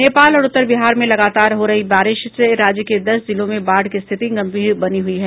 नेपाल और उत्तर बिहार में लगातार हो रही बारिश से राज्य के दस जिलों में बाढ़ की स्थिति गंभीर बनी हुई है